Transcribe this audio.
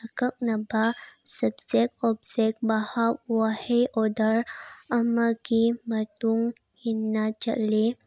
ꯑꯀꯛꯅꯕ subject object verb ꯋꯥꯍꯩ order ꯑꯃꯒꯤ ꯃꯇꯨꯡ ꯏꯟꯅ ꯆꯠꯂꯤ